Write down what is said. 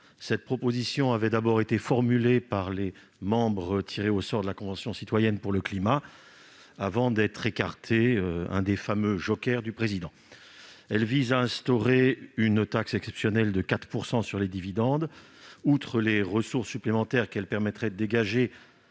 Cette proposition avait d'abord été formulée par les membres tirés au sort de la Convention citoyenne pour le climat, avant d'être écartée au titre des fameux « jokers » du Président de la République. Elle vise à instaurer une taxe exceptionnelle de 4 % sur les dividendes. Outre les ressources supplémentaires qu'elle permettrait de dégager